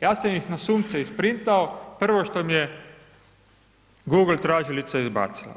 ja sam ih na sunce isprintao, prvo što mi je google tražilica izbacila.